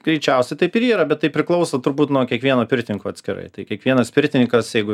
greičiausia taip ir yra bet tai priklauso turbūt nuo kiekvieno pirtininko atskirai tai kiekvienas pirtininkas jeigu